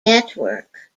network